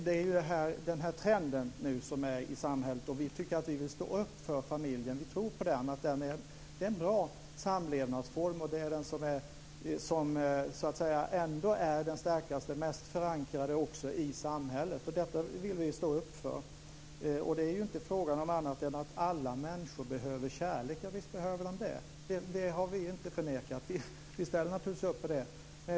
Det finns en annan trend i samhället, men vi tycker att vi vill stå upp för familjen. Vi tror på den. Familjen är en bra samlevnadsform. Det är ändå den samlevnadsform som är starkast och mest förankrad i samhället. Detta vill vi stå upp för. Det är inte fråga om annat än att alla människor behöver kärlek. Visst behöver de det. Det har vi inte förnekat. Vi ställer naturligtvis upp på det.